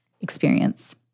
experience